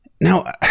Now